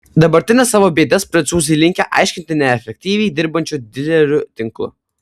dabartines savo bėdas prancūzai linkę aiškinti neefektyviai dirbančiu dilerių tinklu